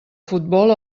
futbol